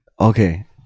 okay